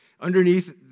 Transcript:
Underneath